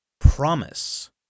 Promise